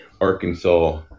Arkansas